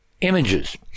images